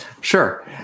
Sure